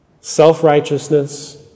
self-righteousness